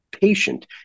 patient